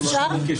בג"ץ,